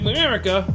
America